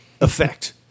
effect